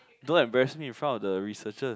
don't embarrassed me in front of the researchers